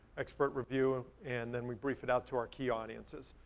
expert review and then we brief it out to our key audiences.